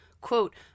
quote